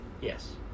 Yes